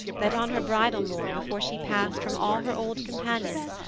that on her bridal morn before she past from all her old companions,